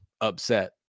upset